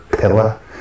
pillar